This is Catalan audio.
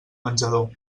menjador